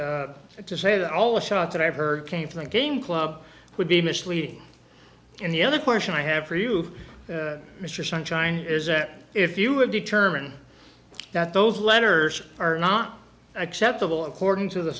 but to say that all the shots that i heard came from the game club would be misleading and the other question i have for you mr sunshine is that if you have determined that those letters are not acceptable according to the